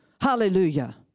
Hallelujah